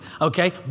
okay